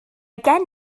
gen